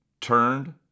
turned